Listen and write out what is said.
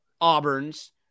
Auburn's